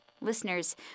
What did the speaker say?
Listeners